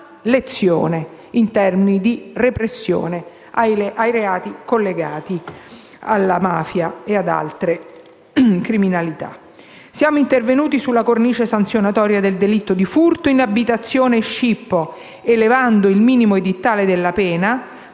lezione in termini di repressione dei reati collegati alla mafia e ad altre criminalità. Siamo intervenuti inoltre sulla cornice sanzionatoria del delitto di furto in abitazione e scippo, elevando il minimo edittale della pena